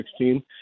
2016